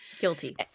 Guilty